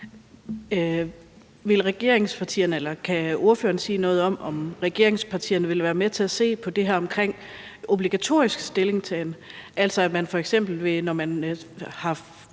Kan ordføreren sige noget om, om regeringspartierne vil være med til at se på det her om obligatorisk stillingtagen, altså at man, når man